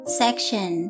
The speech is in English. section